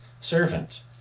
servant